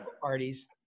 parties